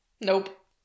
Nope